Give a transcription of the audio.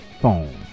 phone